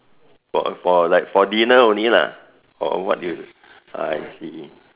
for for like for dinner only lah or what you I see